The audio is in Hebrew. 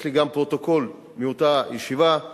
יש לי גם פרוטוקול מאותה ישיבה,